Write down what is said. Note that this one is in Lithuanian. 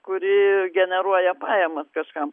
kuri generuoja pajamas kažkam